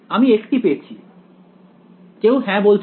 আমি একটি পেয়েছি কেউ হ্যাঁ বলছো না